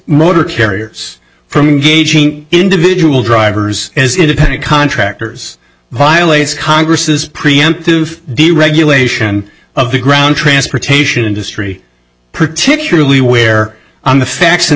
motor carriers from gauging individual drivers as independent contractors violates congress's preemptive deregulation of the ground transportation industry particularly where on the facts